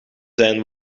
zijn